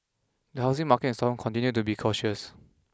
the housing market in Stockholm continued to be cautious